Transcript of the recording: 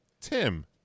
Tim